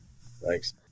Thanks